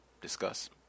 discuss